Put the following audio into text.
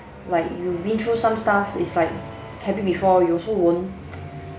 like you been through some stuff is like happy before you also won't